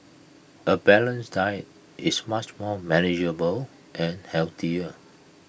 A balanced diet is much more manageable and healthier